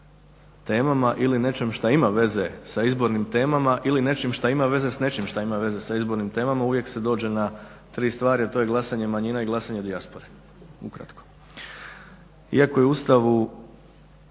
temama ili nečem šta ima veze sa izbornim temama ili nečim šta ima veze sa nečim, šta ima veze sa izbornim temama uvijek se dođe na tri stvari, a to je glasanje manjina i glasanje dijaspore ukratko. Iako je u Ustavu,